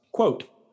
Quote